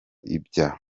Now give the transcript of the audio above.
ibya